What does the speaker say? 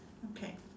okay